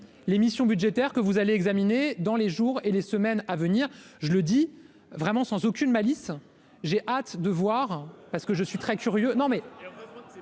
les missions budgétaires que vous allez examiner dans les jours et les semaines à venir, je le dis vraiment sans aucune malice, j'ai hâte de voir parce que je suis très curieux,